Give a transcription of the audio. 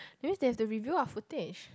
yes there's the review of footage